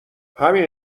همین